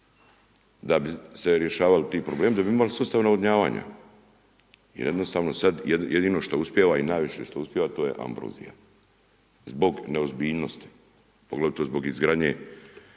da bi se rješavali ti problemi, da bi mi imali sustav navodnjavanja jer jednostavno sad jedino što uspijeva i najviše što uspijeva to je ambrozija zbog neozbiljnosti, poglavito zbog izgradnje